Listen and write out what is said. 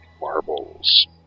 marbles